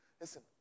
Listen